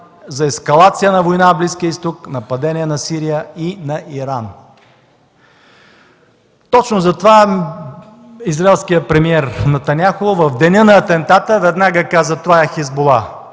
за ескалация на война в Близкия Изток, нападение на Сирия и на Иран. Точно затова израелският премиер Нетаняху в деня на атентата веднага каза: „Това е „Хизбула!”.